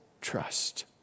trust